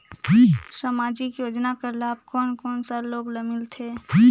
समाजिक योजना कर लाभ कोन कोन सा लोग ला मिलथे?